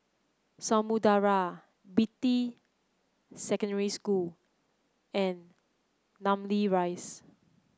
Samudera Beatty Secondary School and Namly Rise